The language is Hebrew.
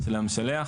של המשלח,